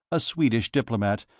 a swedish diplomat,